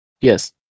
Yes